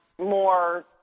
More